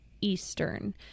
Eastern